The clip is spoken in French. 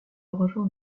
rejoint